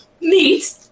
Neat